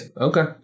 Okay